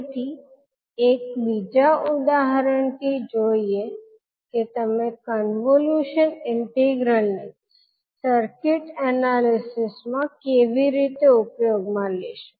તેથી એક બીજા ઉદાહરણથી જોઈએ કે તમે કોન્વોલ્યુશન ઇન્ટિગ્રલ ને સર્કિટ એનાલિસિસ માં કેવી રીતે ઉપયોગમાં લેશો